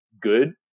good